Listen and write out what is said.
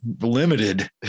limited